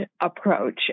approach